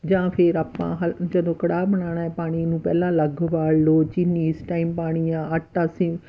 ਜਾਂ ਫਿਰ ਆਪਾਂ ਹਲ ਜਦੋਂ ਕੜਾਹ ਬਣਾਉਣਾ ਏ ਪਾਣੀ ਨੂੰ ਪਹਿਲਾਂ ਅਲੱਗ ਉਬਾਲ ਲਓ ਚਿੰਨੀ ਇਸ ਟਾਈਮ ਪਾਉਣੀ ਆ ਆਟਾ ਅਸੀਂ